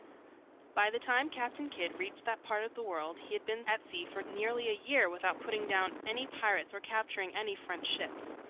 by the time captain kidd reached that part of the world he had been at sea for nearly a year without putting down any pirates or capturing any french ships.